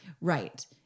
Right